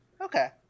Okay